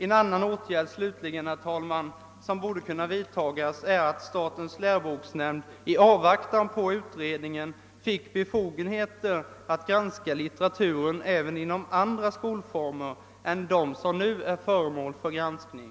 En annan åtgärd som borde kunna vidtagas är att statens läroboksnämnd i avvaktan på utredningens slutförande fick befogenheter att granska litteratu ren även inom andra skolformer än dem som nu är föremål för granskning.